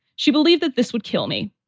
she believed that this would kill me.